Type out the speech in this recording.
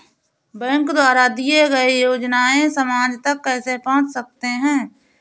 Bank द्वारा दिए गए योजनाएँ समाज तक कैसे पहुँच सकते हैं?